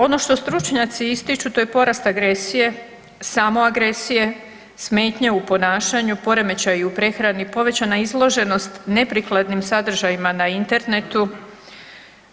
Ono što stručnjaci ističu to je porast agresije, samoagresije, smetnje u ponašanju, poremećaji u prehrani, povećana izloženost neprikladnim sadržajima na internetu,